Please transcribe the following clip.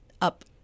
up